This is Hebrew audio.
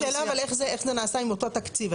השאלה איך זה נעשה עם אותו תקציב?